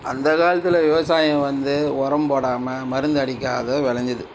அந்த காலத்தில் விவசாயம் வந்து உரம் போடாமல் மருந்து அடிக்காத விளைஞ்சது